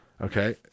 Okay